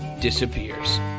disappears